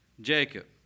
Jacob